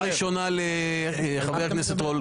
קריאה ראשונה לחבר הכנסת רול.